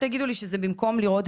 מכאן.